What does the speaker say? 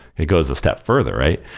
it goes a step further, right?